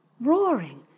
roaring